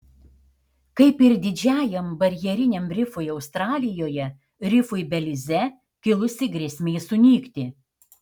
kaip ir didžiajam barjeriniam rifui australijoje rifui belize kilusi grėsmė sunykti